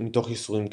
מתוך ייסורים קשים.